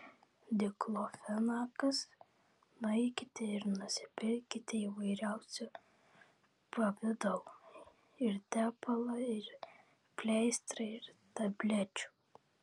diklofenakas nueikite ir nusipirkite įvairiausių pavidalų ir tepalą ir pleistrą ir tablečių